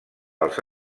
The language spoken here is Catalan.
als